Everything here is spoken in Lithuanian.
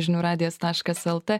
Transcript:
žinių radijas taškas lt